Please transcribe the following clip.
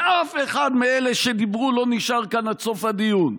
שאף אחד מאלה שדיברו לא נשאר כאן עד סוף הדיון.